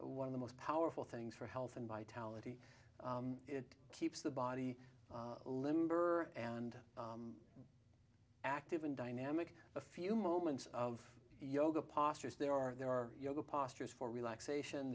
one of the most powerful things for health and vitality it keeps the body limber and active and dynamic a few moments of yoga postures there are there are yoga postures for relaxation